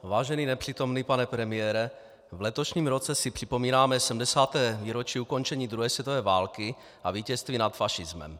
Vážený nepřítomný pane premiére, v letošním roce si připomínáme 70. výročí ukončení druhé světové války a vítězství nad fašismem.